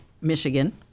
Michigan